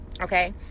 okay